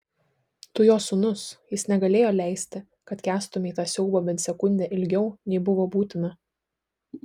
tu jo sūnus jis negalėjo leisti kad kęstumei tą siaubą bent sekundę ilgiau nei buvo būtina